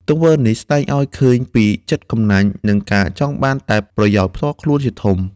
ទង្វើនេះស្ដែងឱ្យឃើញពីចិត្តកំណាញ់ និងការចង់បានតែប្រយោជន៍ផ្ទាល់ខ្លួនជាធំ។